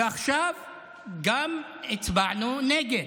וגם עכשיו הצבענו נגד.